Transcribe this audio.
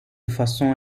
façon